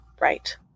Right